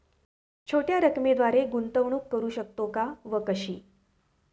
छोट्या रकमेद्वारे गुंतवणूक करू शकतो का व कशी?